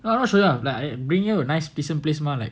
not showing off like I bring you a nice decent place mah like